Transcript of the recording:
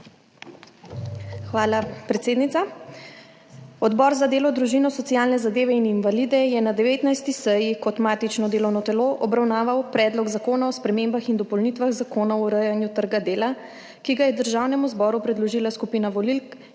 Hvala, predsednica. Odbor za delo, družino, socialne zadeve in invalide je na 19. seji kot matično delovno telo obravnaval Predlog zakona o spremembah in dopolnitvah Zakona o urejanju trga dela, ki ga je Državnemu zboru predložila skupina volivk